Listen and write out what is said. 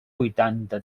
vuitanta